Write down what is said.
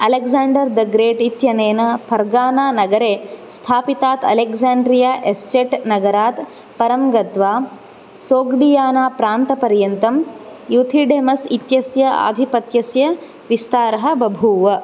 Alexander the great इत्यनेन फर्घानानगरे स्थापितात् अलेक्जेण्ड्रिया एस्टेट् नगरात् परं गत्वा सोग्डियाना प्रान्तपर्यन्तं यूथिडेमस् इत्यस्य आधिपत्यस्य विस्तारः बभूव